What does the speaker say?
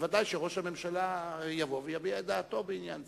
ודאי שראש הממשלה יבוא ויביע את דעתו בעניין זה.